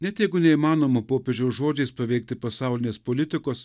net jeigu neįmanoma popiežiaus žodžiais paveikti pasaulinės politikos